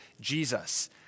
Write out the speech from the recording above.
Jesus